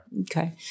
Okay